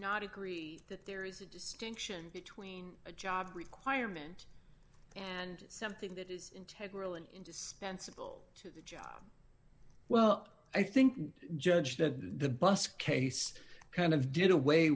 not agree that there is a distinction between a job requirement and something that is integrity and indispensable to the job well i think judge that the bus case kind of did away